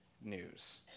news